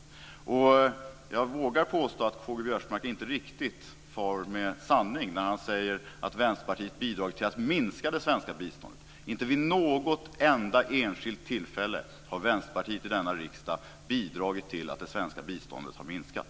Jag vågar påstå att K-G Biörsmark inte riktigt far med sanning när han säger att Vänsterpartiet bidragit till att minska det svenska biståndet. Inte vid något enda enskilt tillfälle har Vänsterpartiet i denna riksdag bidragit till att det svenska biståndet har minskat.